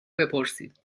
بپرسید